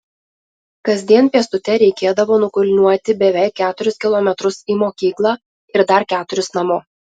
kasdien pėstute reikėdavo nukulniuoti beveik keturis kilometrus į mokyklą ir dar keturis namo